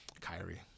Kyrie